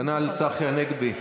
כנ"ל צחי הנגבי.